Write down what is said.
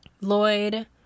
Lloyd